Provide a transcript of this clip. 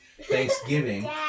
Thanksgiving